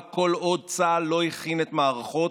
מערכת